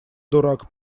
дурак